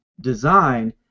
design